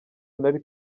nari